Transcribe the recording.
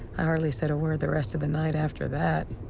i hardly said a word the rest of the night after that.